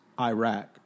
Iraq